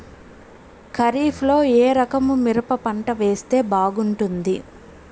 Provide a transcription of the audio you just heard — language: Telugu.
ఖరీఫ్ లో ఏ రకము మిరప పంట వేస్తే బాగుంటుంది